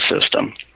system